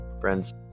Friends